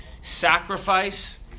sacrifice